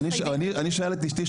אני שואל את אשתי,